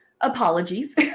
Apologies